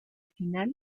final